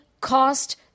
cost